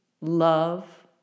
love